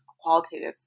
qualitative